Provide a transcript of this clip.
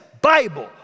Bible